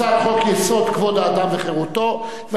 הצעת חוק-יסוד: כבוד האדם וחירותו (תיקון,